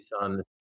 On